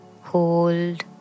hold